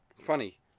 Funny